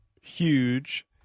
Huge